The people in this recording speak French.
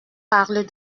parler